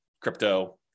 crypto